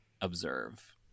observe